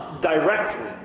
directly